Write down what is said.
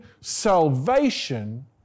salvation